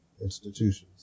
institutions